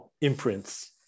imprints